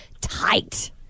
tight